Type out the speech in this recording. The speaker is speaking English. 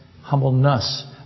Humbleness